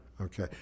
Okay